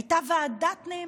הייתה ועדת נאמן,